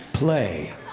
Play